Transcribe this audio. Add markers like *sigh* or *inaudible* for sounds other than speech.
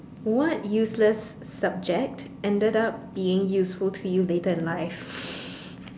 what useless subject ended up being useful to you later in life *laughs*